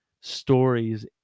stories